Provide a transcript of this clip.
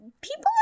people